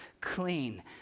clean